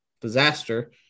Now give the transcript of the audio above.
disaster